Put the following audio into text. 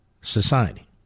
society